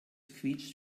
quietscht